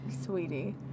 sweetie